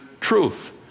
truth